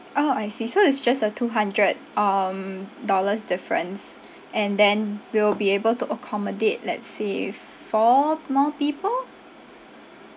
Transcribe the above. orh I see so it's just a two hundred um dollars difference and then we will be able to accommodate let's say four more people